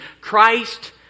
Christ